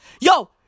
yo